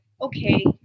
okay